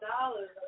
dollars